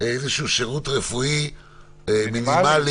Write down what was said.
איזשהו שירות רפואי מינימלי.